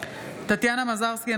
טטיאנה מזרסקי,